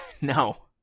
No